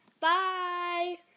Bye